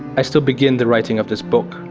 i still begin the writing of this book,